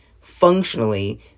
functionally